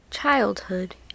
Childhood